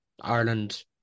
Ireland